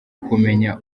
kumenya